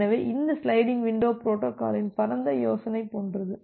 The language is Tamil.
எனவே இந்த சிலைடிங் விண்டோ பொரோட்டோகாலின் பரந்த யோசனை போன்றது